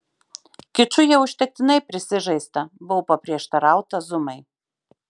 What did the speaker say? kiču jau užtektinai prisižaista buvo paprieštarauta zumai